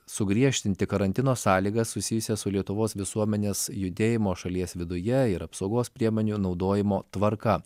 sugriežtinti karantino sąlygas susijusias su lietuvos visuomenės judėjimo šalies viduje ir apsaugos priemonių naudojimo tvarka